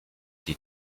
die